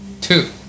two